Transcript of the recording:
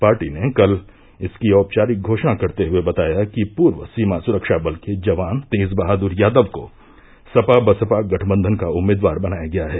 party ने कल इसकी औपचारिक घोशणा करते हुए बताया कि पूर्व सीमा सुरक्षा बल के जवान तेज बहादुर यादव को सपा बसपा गठबंधन का उम्मीदवार बनाया गया है